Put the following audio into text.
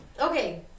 Okay